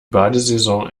badesaison